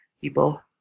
people